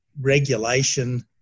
regulation